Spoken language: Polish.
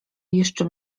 jeszcze